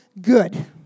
good